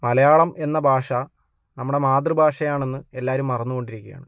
മലയാളം എന്ന ഭാഷ നമ്മുടെ മാതൃഭാഷയാണെന്ന് എല്ലാവരും മറന്നു കൊണ്ടിരിക്കുകയാണ്